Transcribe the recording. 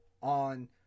on